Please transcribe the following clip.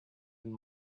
and